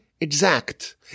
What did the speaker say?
Exact